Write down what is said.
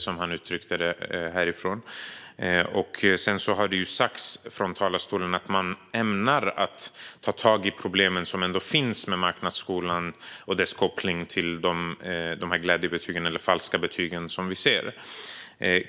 Det har också sagts från talarstolen att man ämnar ta tag i de problem som ändå finns med marknadsskolan och dess koppling till dessa glädjebetyg, eller falska betyg, som vi ser.